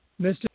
Mr